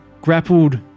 grappled